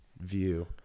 view